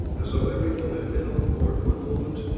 as though everyone had been on board one moment,